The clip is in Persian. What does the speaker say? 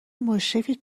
مشرفید